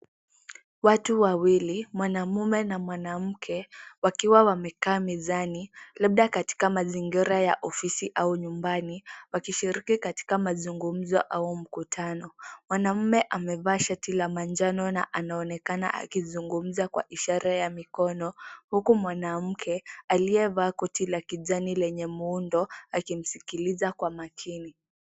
Watu wawili, mwanaume na mwanamke, wakiwa wamekaa mezani, labda katika mazingira ya ofisi au nyumbani, wakishiriki katika mazungumzo au mkutano, mwanaume amevaa shati la majano na anaonekana akizungumza kwa ishara ya mikono, huku mwanamke aliyevaa koti la kijani lenye muundo, akimsikiliza kwa makini.